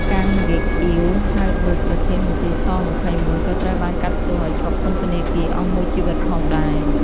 កាំង ហ្គេកអ៊ាវ ហៅ ឌុច ប្រធានមន្ទីរស-២១ ក៏ត្រូវបានកាត់ទោសឱ្យជាប់ពន្ធនាគារអស់មួយជីវិតផងដែរ។